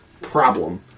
problem